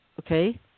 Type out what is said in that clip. Okay